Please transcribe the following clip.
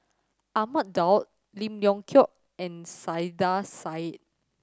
Ahmad Daud Lim Leong Geok and Saiedah Said